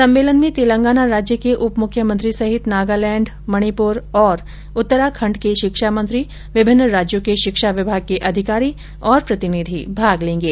सम्मेलन में तेलंगाना राज्य के उप मुख्यमंत्री सहित नागालैंड मणिपुर और उत्तराखंड के शिक्षा मंत्री विभिन्न राज्यों के शिक्षा विभाग के अधिकारी और प्रतिनिधि भाग लेंगे